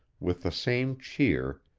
with the same cheer,